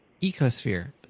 ecosphere